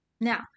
Now